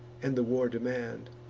and the war demand,